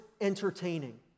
entertaining